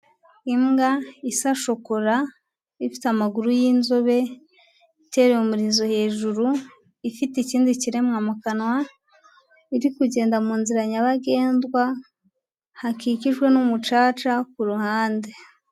Imbwa isa shokora, ifite amaguru y'inzobe, itereye umurizo hejuru, ifite ikindi kiremwa mu kanwa, iri kugenda mu nzira nyabagendwa, hakikijwe n'umucaca ku ruhande.